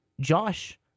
Josh